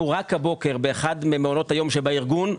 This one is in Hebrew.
רק הבוקר באחד ממעונות היום שבארגון,